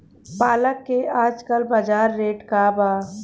पालक के आजकल बजार रेट का बा?